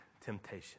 temptation